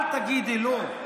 אל תגידי לא.